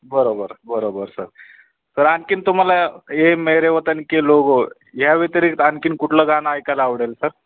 बरोबर बरोबर sir sir आणखी तुम्हाला हे मेरे वतन के लोगो ह्या व्यतिरिक्त आणखी कुठलं गाणं ऐकायला आवडेल सर